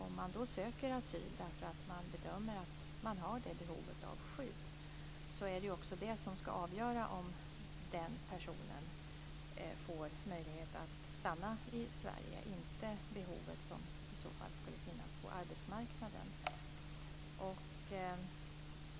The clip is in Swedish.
Om man söker asyl därför att man bedömer att man har det behovet av skydd är det också det som ska avgöra om den personen får möjlighet att stanna i Sverige - inte behovet på arbetsmarknaden.